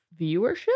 viewership